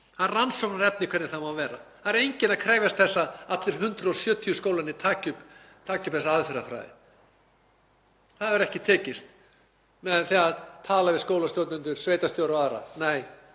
Það er rannsóknarefni hvernig það á að vera. Það er enginn að krefjast þess að allir 170 skólarnir taki upp þessa aðferðafræði. Það hefur ekki tekist með því að tala við skólastjórnendur, sveitarstjóra og aðra. Nei,